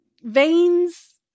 veins